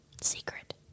Secret